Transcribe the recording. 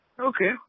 Okay